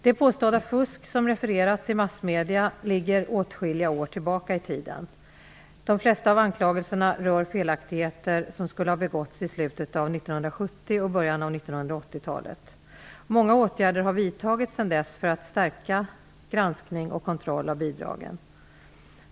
Det påstådda fusk som refererats i massmedierna ligger åtskilliga år tillbaka i tiden. De flesta av anklagelserna rör felaktigheter som skulle ha begåtts i slutet av 1970 och början av 1980-talet. Många åtgärder har vidtagits sedan dess för att stärka granskning och kontroll av bidragen.